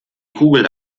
kugel